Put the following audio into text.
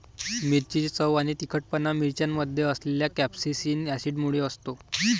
मिरचीची चव आणि तिखटपणा मिरच्यांमध्ये असलेल्या कॅप्सेसिन ऍसिडमुळे असतो